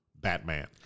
Batman